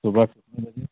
सुबह